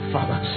Father